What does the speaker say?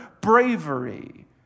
bravery